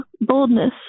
boldness